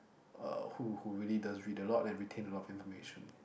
uh who who really does read a lot and retain a lot of information